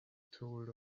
told